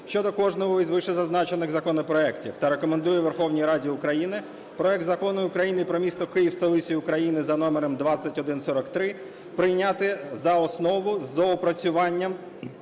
щодо кожного із вище зазначених законопроектів та рекомендує Верховній Раді України: проект Закону України "Про місто Київ – столицю України" за номером 2143 прийняти за основу з доопрацюванням